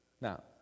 Now